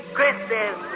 Christmas